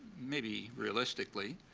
maybe realistically,